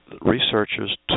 Researchers